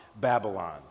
Babylon